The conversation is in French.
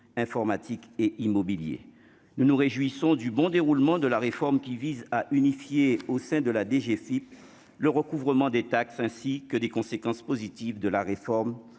informatique et immobilier : nous nous réjouissons du bon déroulement de la réforme qui vise à unifier au sein de la DGFIP, le recouvrement des taxes ainsi que des conséquences positives de la réforme